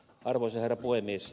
arvoisa herra puhemies